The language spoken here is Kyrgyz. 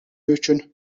үчүн